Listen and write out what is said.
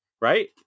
right